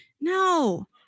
No